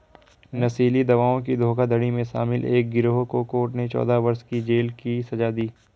नशीली दवाओं की धोखाधड़ी में शामिल एक गिरोह को कोर्ट ने चौदह वर्ष की जेल की सज़ा दी